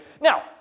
Now